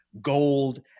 gold